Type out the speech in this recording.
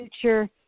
future